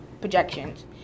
projections